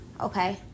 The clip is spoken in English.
Okay